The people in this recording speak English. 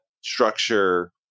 structure